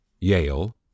Yale